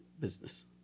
business